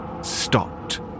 stopped